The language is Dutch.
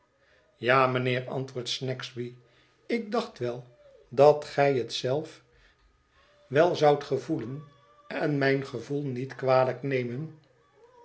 ja mijnheer antwoordt snagsby ik dacht wel dat gij het zelf wel zoudt gevoelen en mijn gevoel niet kwalijk nemen